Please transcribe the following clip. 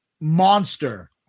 Monster